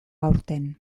aurten